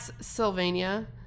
Sylvania